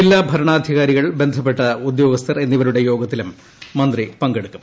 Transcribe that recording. ജില്ലാ ഭരണാധികാരികൾ ബന്ധപ്പെട്ട ഉദ്യോഗസ്ഥർ എന്നിവരുടെ യോഗത്തിലും മന്ത്രി പങ്കെടുക്കും